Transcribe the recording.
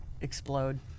explode